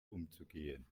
umzugehen